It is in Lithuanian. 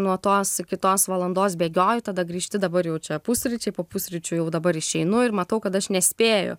nuo tos iki tos valandos bėgioju tada grįžti dabar jau čia pusryčiai po pusryčių jau dabar išeinu ir matau kad aš nespėju